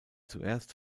zuerst